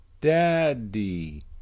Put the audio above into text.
Daddy